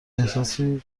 احساسی